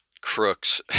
crooks